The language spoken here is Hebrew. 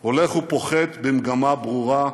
הולך ופוחת במגמה ברורה.